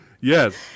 yes